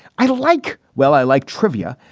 i like well, i like trivia,